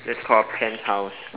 that's called a penthouse